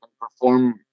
perform